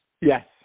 Yes